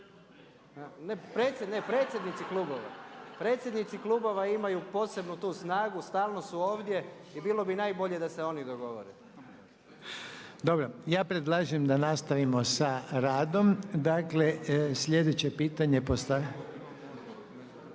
predsjednici klubova, predsjednici klubova imaju posebnu tu snagu, stalno su ovdje i bilo bi najbolje da se oni dogovore. **Reiner, Željko (HDZ)** Dobro. Ja predlažem da nastavimo sa radom. Dakle, slijedeće pitanje postavit